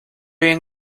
bien